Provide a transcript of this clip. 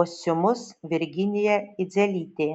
kostiumus virginija idzelytė